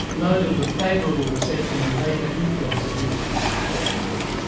noted the favourable reception and later influence of mitchell's first book.